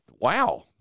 wow